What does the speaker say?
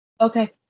okay